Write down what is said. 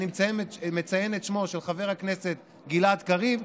אני מציין את שמו של חבר הכנסת גלעד קריב,